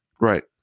Right